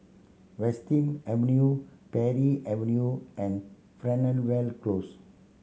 Western Avenue Parry Avenue and Fernvale Close